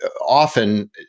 often